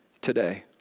today